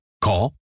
Call